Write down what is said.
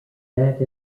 that